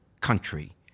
country